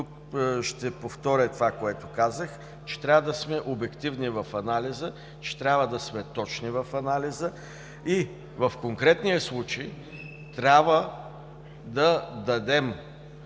ще повторя това, което казах, че трябва да сме обективни в анализа, че трябва да сме точни в анализа, и в конкретния случай трябва да дадем